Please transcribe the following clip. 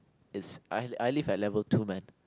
is I I live at level two man